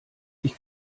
ich